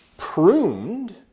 pruned